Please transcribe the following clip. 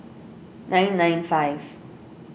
nine nine five